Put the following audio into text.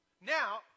Now